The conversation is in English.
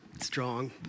strong